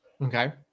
Okay